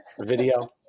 video